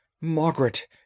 Margaret